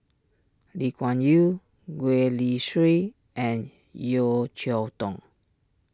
Lee Kuan Yew Gwee Li Sui and Yeo Cheow Tong